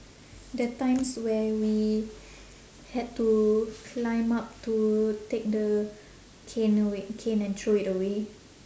the times where we had to climb up to take the cane away cane and throw it away